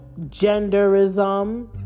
Genderism